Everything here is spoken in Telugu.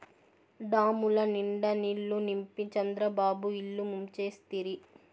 డాముల నిండా నీళ్ళు నింపి చంద్రబాబు ఇల్లు ముంచేస్తిరి